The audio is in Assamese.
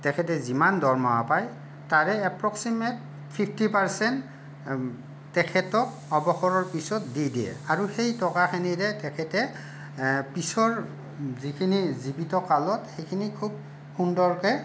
তেখেতে যিমান দৰমহা পায় তাৰে এপ্ৰক্সিমেট ফিফ্টি পাৰ্চেণ্ট তেখেতক অৱসৰৰ পিছত দি দিয়ে আৰু সেই টকাখিনিৰে তেখেতে পিছৰ যিখিনি জীৱিত কালত সেইখিনি খুব সুন্দৰকৈ